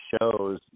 shows